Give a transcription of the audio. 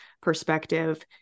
perspective